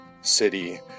city